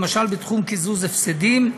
למשל בתחום קיזוז הפסדים,